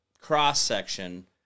cross-section